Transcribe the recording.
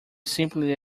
simply